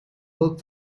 work